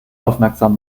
aufmerksam